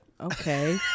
okay